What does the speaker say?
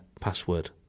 password